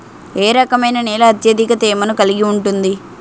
ఏ రకమైన నేల అత్యధిక తేమను కలిగి ఉంటుంది?